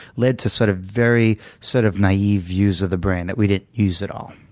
led to sort of very sort of naive views of the brain that we didn't use it all.